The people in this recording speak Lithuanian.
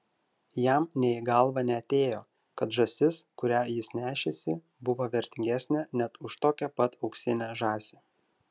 jam nė į galvą neatėjo kad žąsis kurią jis nešėsi buvo vertingesnė net už tokią pat auksinę žąsį